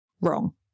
Wrong